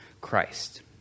Christ